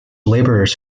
labourers